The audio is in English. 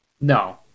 No